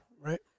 right